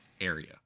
area